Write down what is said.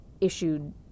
issued